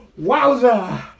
Wowza